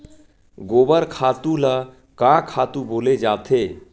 गोबर खातु ल का खातु बोले जाथे?